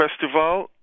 festival